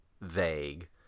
vague